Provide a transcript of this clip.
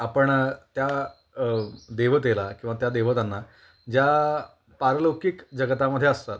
आपण त्या देवतेला किंवा त्या देवतांना ज्या पारलौकिक जगतामध्ये असतात